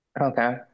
Okay